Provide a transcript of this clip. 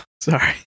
Sorry